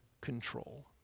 control